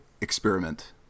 experiment